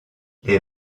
les